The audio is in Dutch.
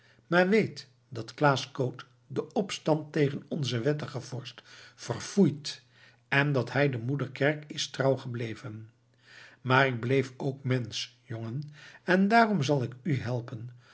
maar weet dat klaas koot den opstand tegen onzen wettigen vorst verfoeit en dat hij der moederkerk is trouw gebleven maar ik bleef ook mensch jongen en daarom zal ik u helpen